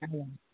हजुर